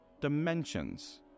dimensions